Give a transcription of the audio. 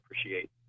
appreciate